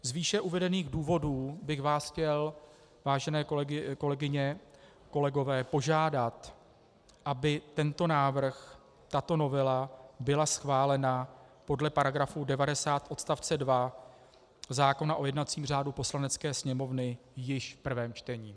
Z výše uvedených důvodů bych vás chtěl, vážené kolegyně, kolegové, požádat, aby tento návrh, tato novela byla schválena podle § 90 odst. 2 zákona o jednacím řádu Poslanecké sněmovny již v prvém čtení.